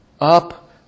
up